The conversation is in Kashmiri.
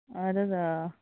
اَہَن حظ آ